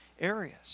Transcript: areas